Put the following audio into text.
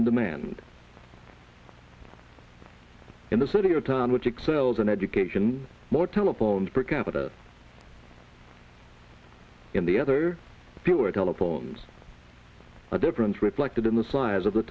in demand in the city or town which excels in education more telephones per capita in the other poor telephones are different reflected in the size of the